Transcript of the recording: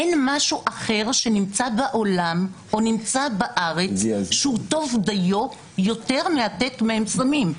אין משהו אחר שנמצא בעולם או נמצא בארץ שהוא טוב דיו יותר מהט"מ סמים.